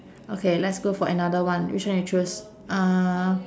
okay let's go for another one which one you choose uh